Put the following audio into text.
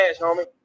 homie